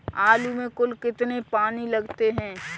आलू में कुल कितने पानी लगते हैं?